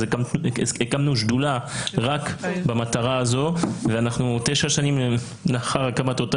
הקמנו שדולה רק למטרה הזו ותשע שנים לאחר הקמת אותה